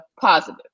positive